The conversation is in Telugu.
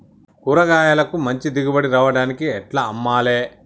కూరగాయలకు మంచి దిగుబడి రావడానికి ఎట్ల అమ్మాలే?